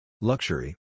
luxury